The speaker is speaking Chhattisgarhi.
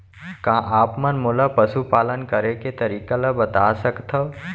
का आप मन मोला पशुपालन करे के तरीका ल बता सकथव?